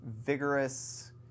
Vigorous